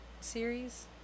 series